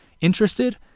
Interested